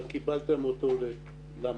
אבל קיבלתם אותו למה?